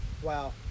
Wow